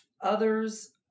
Others